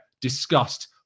discussed